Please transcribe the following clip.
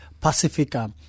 Pacifica